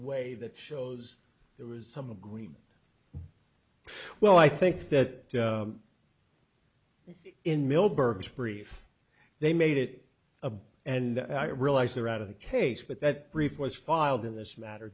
way that shows there was some agreement well i think that in milburgh brief they made it a and i realize they're out of the case but that brief was filed in this matter